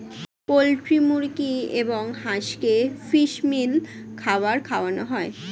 poultry মুরগি এবং হাঁসকে ফিশ মিল খাবার খাওয়ানো হয়